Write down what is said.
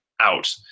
out